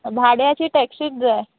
भाड्याची टॅक्सींत जाय